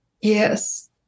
Yes